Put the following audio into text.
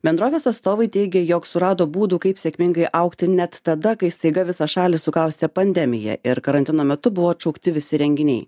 bendrovės atstovai teigė jog surado būdų kaip sėkmingai augti net tada kai staiga visą šalį sukaustė pandemija ir karantino metu buvo atšaukti visi renginiai